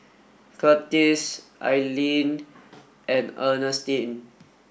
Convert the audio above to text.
Curtis Alleen and Earnestine